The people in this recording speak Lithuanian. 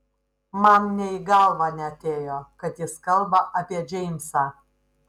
man nė į galvą neatėjo kad jis kalba apie džeimsą